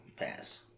pass